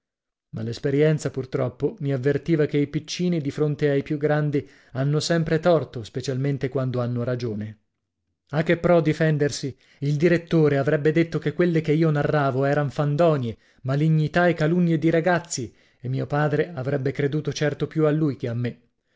ma l'esperienza purtroppo mi avvertiva che i piccini di fronte ai più grandi hanno sempre torto specialmente quando hanno ragione a che pro difendersi il direttore avrebbe detto che quelle che io narravo eran fandonie malignità e calunnie di ragazzi e mio padre avrebbe creduto certo più a lui che a me